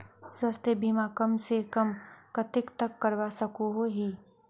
स्वास्थ्य बीमा कम से कम कतेक तक करवा सकोहो ही?